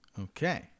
Okay